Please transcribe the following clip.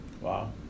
Wow